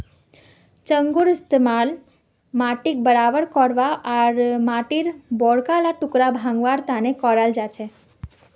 चंघूर इस्तमाल माटीक बराबर करवा आर माटीर बड़का ला टुकड़ा भंगवार तने कराल जाछेक